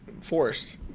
forced